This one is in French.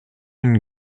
une